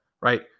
right